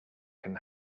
can